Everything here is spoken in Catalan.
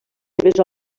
seves